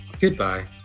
Goodbye